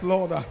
Lord